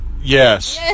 Yes